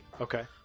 Okay